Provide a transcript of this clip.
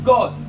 God